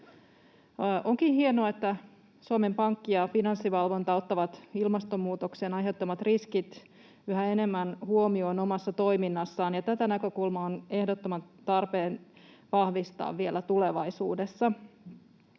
Onkin hienoa, että Suomen Pankki ja Finanssivalvonta ottavat ilmastonmuutoksen aiheuttamat riskit yhä enemmän huomioon omassa toiminnassaan, ja tätä näkökulmaa on ehdottoman tarpeen vahvistaa vielä tulevaisuudessa.